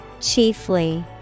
Chiefly